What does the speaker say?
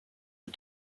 are